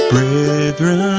Brethren